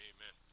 Amen